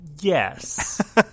yes